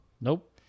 Nope